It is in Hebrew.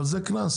אבל זה קנס.